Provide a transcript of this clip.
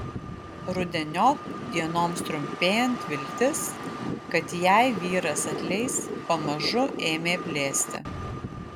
rudeniop dienoms trumpėjant viltis kad jai vyras atleis pamažu ėmė blėsti